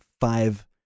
five